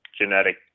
genetic